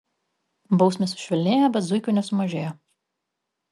bausmės sušvelnėjo bet zuikių nesumažėjo